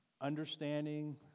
understanding